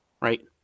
right